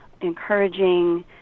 encouraging